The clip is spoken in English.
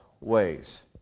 ways